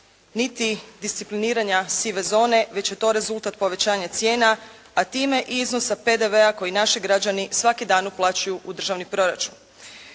niti discipliniranja sive zone, već je to rezultat povećanja cijena a time i iznosa PDV-a koji naši građani svaki dan uplaćuju u državni proračun.